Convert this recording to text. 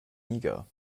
niger